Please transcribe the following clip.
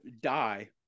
die